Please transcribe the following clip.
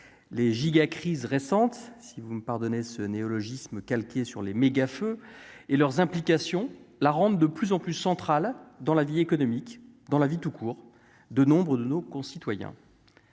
les gigas crises récentes, si vous me pardonnez ce néologisme, calquée sur les méga-feux et leurs implications la rendent de plus en plus central dans la vie économique dans la vie tout court, de nombreux de nos concitoyens